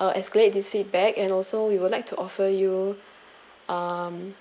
uh escalate this feedback and also we would like to offer you um